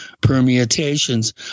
permutations